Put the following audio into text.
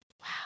Wow